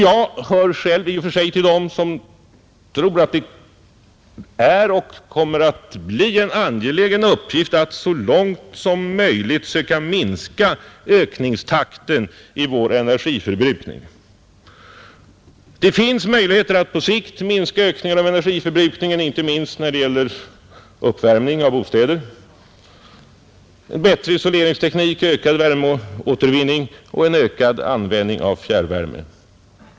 Jag hör själv i och för sig till dem som tror att det är och kommer att bli en angelägen uppgift att så långt som möjligt söka minska ökningstakten i vår energiförbrukning. Det finns möjligheter att på sikt minska ökningen av energiförbrukningen, inte minst när det gäller uppvärmning av bostäder, bättre isoleringsteknik, ökad värmeåtervinning och en ökad användning av fjärrvärme.